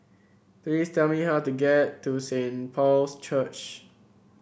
please tell me how to get to Saint Paul's Church